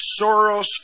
Soros